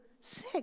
sick